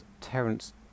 Terence